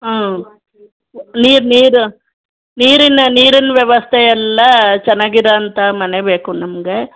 ಹಾಂ ನೀರು ನೀರು ನೀರಿನ ನೀರಿನ ವ್ಯವಸ್ಥೆ ಎಲ್ಲ ಚೆನ್ನಾಗಿರೋ ಅಂಥ ಮನೆ ಬೇಕು ನಮಗೆ